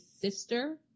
sister